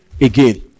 again